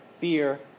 Fear